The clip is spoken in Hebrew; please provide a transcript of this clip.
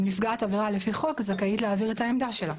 גם נפגעת עבירה לפי חוק זכאית להעביר את העמדה שלה.